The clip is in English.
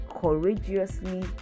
courageously